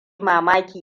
mamaki